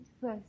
first